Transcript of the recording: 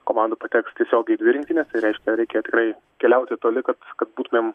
komandų pateks tiesiogiai dvi rinktinės tai reiškia reikia tikrai keliauti toli kad kad būtumėm